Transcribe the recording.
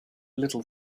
little